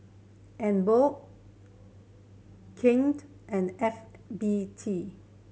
Emborg Knight and F B T